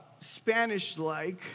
Spanish-like